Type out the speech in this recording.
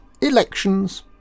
Elections